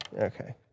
Okay